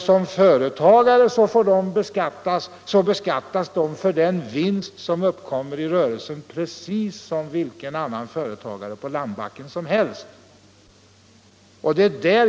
Som företagare beskattas de för den vinst som uppkommer i rörelsen som precis vilken företagare som helst på landbacken.